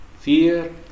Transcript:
Fear